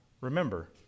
remember